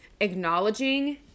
Acknowledging